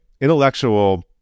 Intellectual